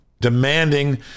demanding